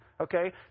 okay